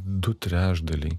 du trečdaliai